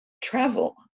travel